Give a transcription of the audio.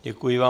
Děkuji vám.